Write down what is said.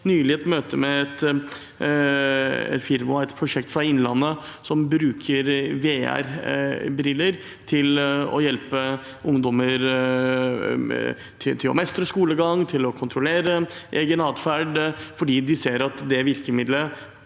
nylig et møte med et firma og et prosjekt fra Innlandet, som bruker VR-briller til å hjelpe ungdommer til å mestre skolehverdagen og til å kontrollere egen atferd fordi de ser at det virkemiddelet